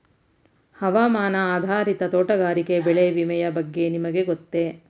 ಹವಾಮಾನ ಆಧಾರಿತ ತೋಟಗಾರಿಕೆ ಬೆಳೆ ವಿಮೆಯ ಬಗ್ಗೆ ನಿಮಗೆ ಗೊತ್ತೇ?